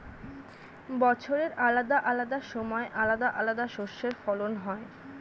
বছরের আলাদা আলাদা সময় আলাদা আলাদা শস্যের ফলন হয়